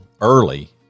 early